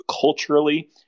culturally